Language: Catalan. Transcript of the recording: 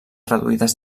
reduïdes